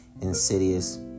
insidious